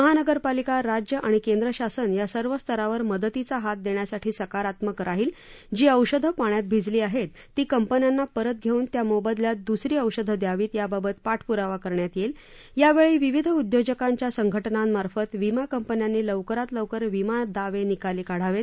महानगरपालिका राज्य आणि केंद्र शासन या सर्वस्तरावर मदतीचा हात देण्यासाठी सकारात्मक राहील जी औषधे पाण्यात भिजली आहेत ती कंपन्यांनी परत घेऊन त्या मोबदल्यात दुसरी औषधे द्यावीत याबाबत पाठपुरावा करण्यात येईल यावेळी विविध उद्योजकांच्या संघटनांमार्फत विमा कंपन्यांनी लवकरात लवकर विमा दावे निकाली काढावेत